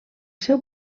seu